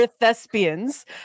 thespians